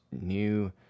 new